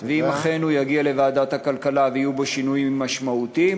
אם אכן הוא יגיע לוועדת הכלכלה ויהיו בו שינויים משמעותיים,